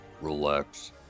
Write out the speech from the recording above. Relax